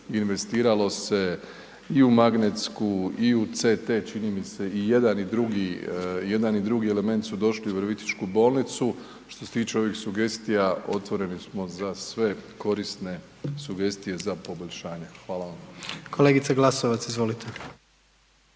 investiralo se i u magnetsku i u CT čini mi se i jedan i drugi element su došli u Virovitičku bolnicu. Što se tiče ovih sugestija otvoreni smo za sve korisne sugestije za poboljšanje. Hvala vam. **Jandroković, Gordan